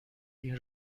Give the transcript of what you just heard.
این